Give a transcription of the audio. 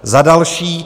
Za další.